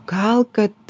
gal kad